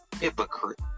Hypocrite